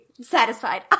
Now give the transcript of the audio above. satisfied